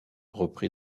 repris